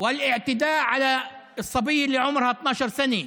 ולתקיפה של הנערה בת ה-12,